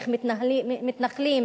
איך מתנחלים,